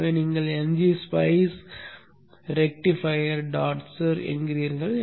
எனவே நீங்கள் ngSpice rectifier dot cir என்கிறீர்கள்